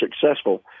successful